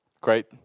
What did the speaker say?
great